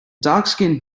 darkskinned